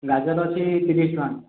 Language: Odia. ଗାଜର ଅଛି ତିରିଶ ଟଙ୍କା